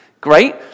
Great